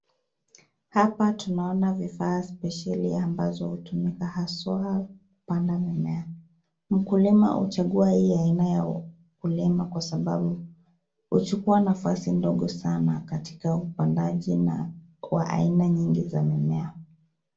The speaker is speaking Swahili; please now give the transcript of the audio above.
Hapa tunaona vifaa spesheli ambazo hutumika haswa kupanda mimea. Mkulima uchagua hii aina ya ukulima kwa sababu huchukua nafasi ndogo sana katika upandaji na kwa aina nyingi za mimea.